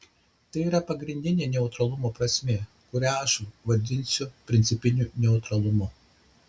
tai yra pagrindinė neutralumo prasmė kurią aš vadinsiu principiniu neutralumu